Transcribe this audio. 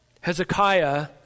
Hezekiah